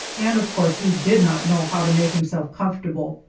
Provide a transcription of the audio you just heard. and of course he did not know how to make himself comfortable.